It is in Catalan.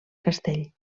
castell